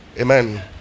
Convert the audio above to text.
Amen